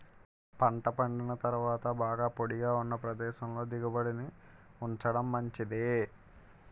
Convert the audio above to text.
పంట పండిన తరువాత బాగా పొడిగా ఉన్న ప్రదేశంలో దిగుబడిని ఉంచడం మంచిది